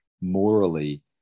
morally